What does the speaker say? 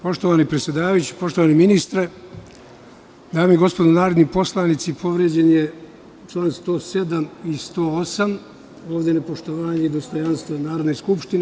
Poštovani predsedavajući, poštovani ministre, dame i gospodo narodni poslanici, povređeni su čl. 107. i 108. – nepoštovanje dostojanstva Narodne skupštine.